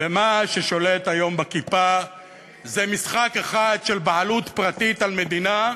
ומה ששולט היום בכיפה זה משחק אחד של בעלות פרטית על מדינה,